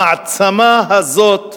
המעצמה הזאת,